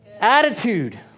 Attitude